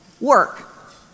work